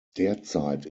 derzeit